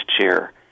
chair